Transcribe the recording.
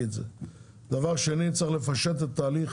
דבר שני, צריך לפשט את התהליך